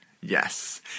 Yes